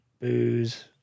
booze